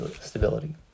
stability